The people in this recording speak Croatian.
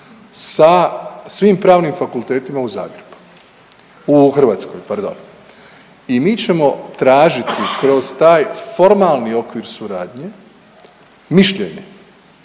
sa svim pravnim fakultetima u Zagrebu u Hrvatskoj pardon i mi ćemo tražiti kroz taj formalni okvir suradnje mišljenje